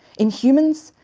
in humans,